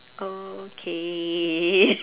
okay